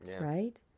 right